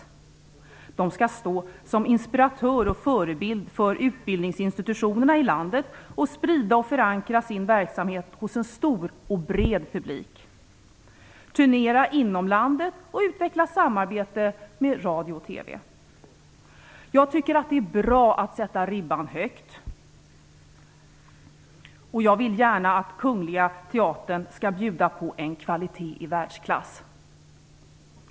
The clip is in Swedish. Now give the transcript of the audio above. Man skall stå som inspiratör och förebild för utbildningsinstitutionerna i landet och sprida och förankra sin verksamhet hos en stor och bred publik, turnera inom landet och utveckla samarbete med radio och TV. Det är bra att sätta ribban högt, och jag vill gärna att Kungliga teatern skall bjuda på en kvalitet i världsklass.